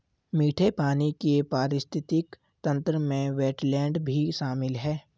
मीठे पानी के पारिस्थितिक तंत्र में वेट्लैन्ड भी शामिल है